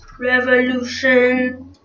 revolution